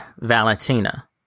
Valentina